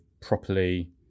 properly